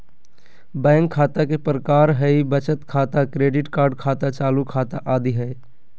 bank खता के प्रकार हइ बचत खाता, क्रेडिट कार्ड खाता, चालू खाता आदि हइ